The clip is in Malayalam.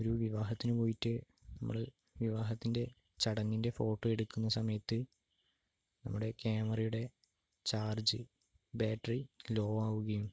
ഒരു വിവാഹത്തിനു പോയിട്ട് നമ്മളു വിവാഹത്തിൻ്റെ ചടങ്ങിൻ്റെ ഫോട്ടോ എടുക്കുന്ന സമയത്ത് നമ്മുടെ ക്യാമറയുടെ ചാർജ് ബാറ്ററി ലോ ആവുകയും